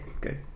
good